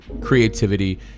creativity